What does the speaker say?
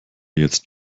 jetzt